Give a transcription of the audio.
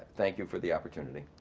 thank you for the opportunity.